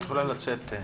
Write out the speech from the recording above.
את יכולה לצאת.